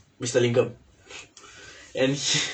mister lingam and